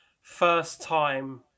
first-time